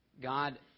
God